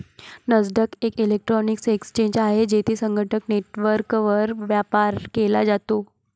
Nasdaq एक electronic exchange आहे, जेथे संगणक नेटवर्कवर व्यापार केला जातो